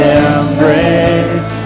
embrace